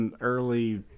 early